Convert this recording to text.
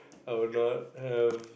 I would not have